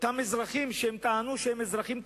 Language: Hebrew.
אותם אזרחים שטענו שהם אזרחים תמימים,